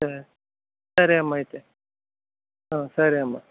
సరే అమ్మ అయితే సరే అమ్మ